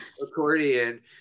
accordion